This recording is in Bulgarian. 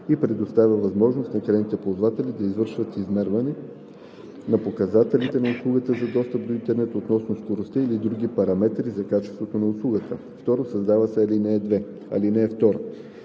и предоставя възможност на крайните ползватели да извършват измерване на показателите на услугата за достъп до интернет относно скоростта или другите параметри за качество на услугата.“ 2. Създава се ал. 2: